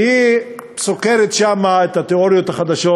והיא סוקרת שם את התיאוריות החדשות,